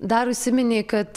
dar užsiminei kad